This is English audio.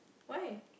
why